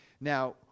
Now